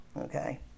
Okay